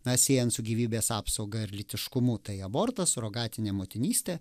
na siejant su gyvybės apsauga ar lytiškumu tai abortas surogatinė motinystė